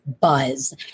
buzz